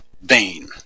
vein